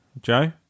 Joe